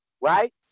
right